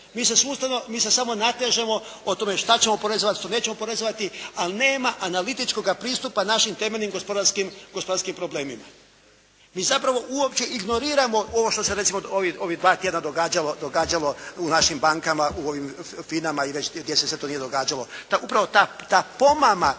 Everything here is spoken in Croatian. Mi se sustavno, mi se samo natežemo o tome šta ćemo oporezovati, šta nećemo oporezovati, ali nema analitičkoga pristupa našim temeljnim gospodarskim problemima. Mi zapravo uopće ignoriramo ovo što se recimo ovih dva tjedna događalo u našim bankama, u ovim FINA-ma i već gdje se sve to nije događalo. Upravo ta pomama